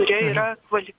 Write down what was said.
kurie yra kvali